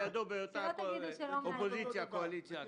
--- זו המציאות הפוליטית.